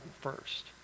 first